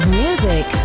music